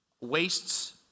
wastes